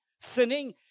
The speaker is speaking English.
sinning